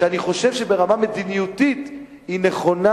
שאני חושב שברמה מדיניותית היא נכונה,